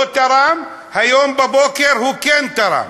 לא תרם, היום בבוקר הוא כן תרם.